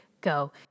go